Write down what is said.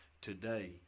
today